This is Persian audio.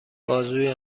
بازوی